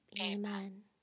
Amen